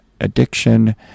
Addiction